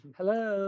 Hello